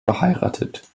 verheiratet